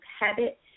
habit